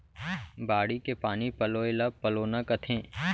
बाड़ी के पानी पलोय ल पलोना कथें